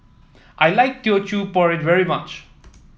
I like Teochew Porridge very much